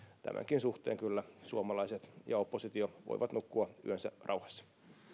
tämänkin suhteen kyllä suomalaiset ja oppositio voivat nukkua yönsä rauhassa